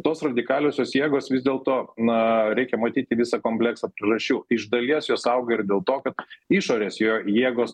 tos radikaliosios jėgos vis dėlto na reikia matyti visą kompleksą priežasčių iš dalies jos auga ir dėl to kad išorės jo jėgos